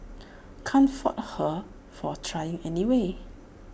can't fault her for trying anyway